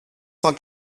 cent